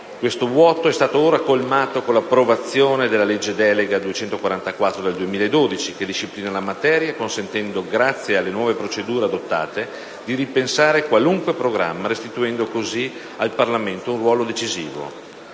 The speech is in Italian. Questo vuoto è stato ora colmato con l'approvazione della legge delega n. 244 del 2012, che disciplina la materia consentendo, grazie alle nuove procedure adottate, di ripensare qualunque programma, restituendo al Parlamento un ruolo decisivo.